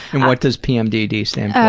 and what does pmdd stand